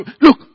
Look